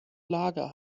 lager